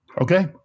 okay